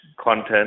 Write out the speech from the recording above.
content